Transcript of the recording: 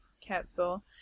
capsule